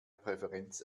präferenz